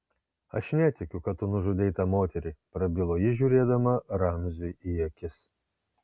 aš netikiu kad tu nužudei tą moterį prabilo ji žiūrėdama ramziui į akis